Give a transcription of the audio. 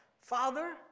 Father